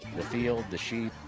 the field, the sheep,